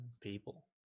people